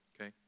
okay